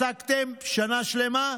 במה כן עסקתם שנה שלמה?